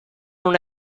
non